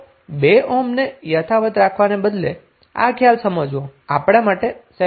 તો 2 ઓહ્મને યથાવત રાખવાને બદલે આ ખ્યાલ સમજવો આપણા માટે સહેલો પડશે